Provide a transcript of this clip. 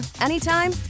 anytime